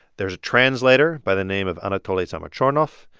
there's a translator by the name of anatoli samochornov.